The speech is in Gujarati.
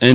એન